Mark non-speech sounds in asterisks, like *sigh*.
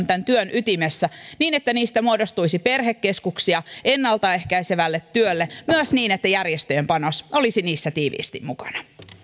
*unintelligible* tämän työn ytimessä niin että niistä muodostuisi perhekeskuksia ennalta ehkäisevälle työlle myös niin että järjestöjen panos olisi niissä tiiviisti mukana